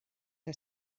que